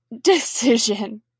decision